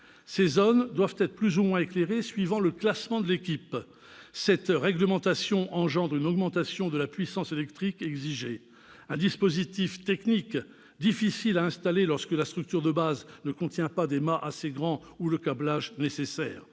ces zones doivent être plus ou moins éclairées suivant le classement de l'équipement. Cette réglementation engendre une augmentation de la puissance électrique exigée. Le dispositif technique est difficile à installer lorsque la structure de base ne comporte pas de mâts assez grands ou le câblage nécessaire